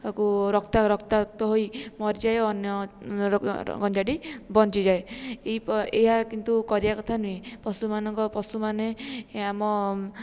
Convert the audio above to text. ତାକୁ ରକ୍ତା ରକ୍ତାକ୍ତ ହୋଇ ମରିଯାଏ ଅନ୍ୟ ଗଞ୍ଜାଟି ବଞ୍ଚିଯାଏ ଏହା କିନ୍ତୁ କରିବା କଥା ନୁହେଁ ପଶୁମାନଙ୍କ ପଶୁମାନେ ଆମ